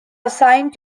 assigned